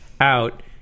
out